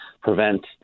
prevent